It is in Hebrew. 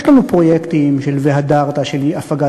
יש לנו פרויקטים של "והדרת" של הפגת